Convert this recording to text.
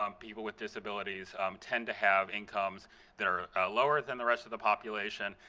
um people with disabilities tend to have incomes that are lower than the rest of the population.